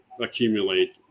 accumulate